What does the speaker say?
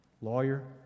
Lawyer